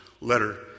letter